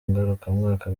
ngarukamwaka